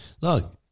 Look